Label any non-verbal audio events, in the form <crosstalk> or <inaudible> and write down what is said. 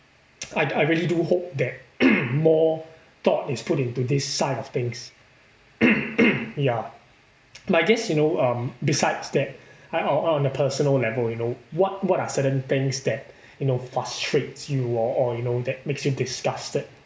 <noise> I I really do hope that <coughs> more thought is put into this side of things <coughs> ya but I guess you know um besides that I on on a personal level you know what what are certain things you know that frustrates you or or you know that makes you disgusted